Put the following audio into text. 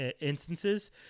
instances